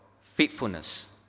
faithfulness